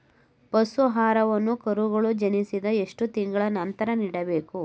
ಪಶು ಆಹಾರವನ್ನು ಕರುಗಳು ಜನಿಸಿದ ಎಷ್ಟು ತಿಂಗಳ ನಂತರ ನೀಡಬೇಕು?